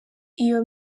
iyo